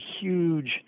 huge